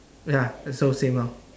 ya also same lor